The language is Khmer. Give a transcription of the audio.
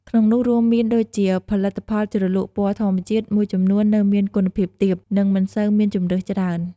ក្នុងនោះរួមមានដូចជា ផលិតផលជ្រលក់ពណ៌ធម្មជាតិមួយចំនួននៅមានគុណភាពទាប និងមិនសូវមានជម្រើសច្រើន ។